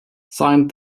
signed